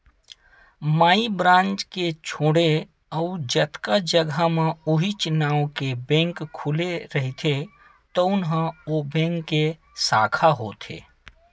माई branch के छोड़े अउ जतका जघा म उहींच नांव के बेंक खुले रहिथे तउन ह ओ बेंक के साखा होथे